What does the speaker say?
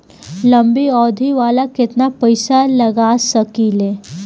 लंबी अवधि वाला में केतना पइसा लगा सकिले?